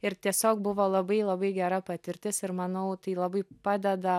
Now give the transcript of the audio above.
ir tiesiog buvo labai labai gera patirtis ir manau tai labai padeda